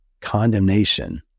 condemnation